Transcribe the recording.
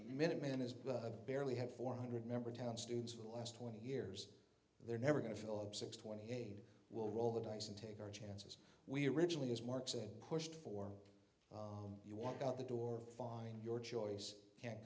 minuteman is barely have four hundred member town students for the last twenty years they're never going to fill up six twenty eight we'll roll the dice and take it as we originally as mark said pushed for you walk out the door find your choice can't